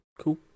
Cool